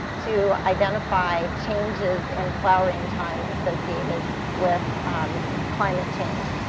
to identify changes in flowering time associated with climate change.